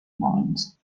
mines